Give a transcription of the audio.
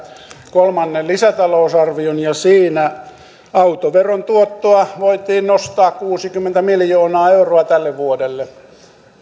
kolmannen lisätalousarvion ja siinä autoveron tuottoa voitiin nostaa kuusikymmentä miljoonaa euroa tälle vuodelle